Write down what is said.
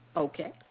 okay.